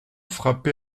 frappé